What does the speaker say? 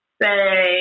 say